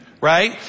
right